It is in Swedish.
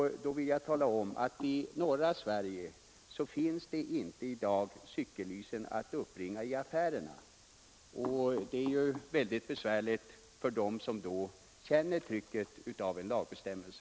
Jag vill tala om att i norra Sverige finns det inte i dag cykellysen att uppbringa i affärerna och det är väldigt besvärligt för dem som känner trycket av en lagbestämmelse.